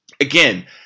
again